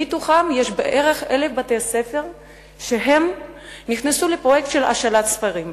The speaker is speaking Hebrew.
מתוכם יש בערך 1,000 בתי-ספר שנכנסו לפרויקט של השאלת ספרים,